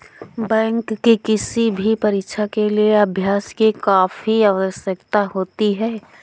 bank की किसी भी परीक्षा के लिए अभ्यास की काफी आवश्यकता होती है